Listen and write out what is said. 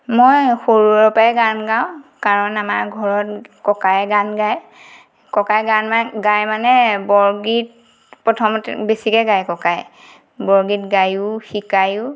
মই সৰুৰে পাই গান গাওঁ কাৰণ আমাৰ ঘৰত ককাই গান গায় ককাই গান গায় মানে বৰগীত প্ৰথমতে বেছিকৈ গায় ককাই বৰগীত গায়ো শিকাই ও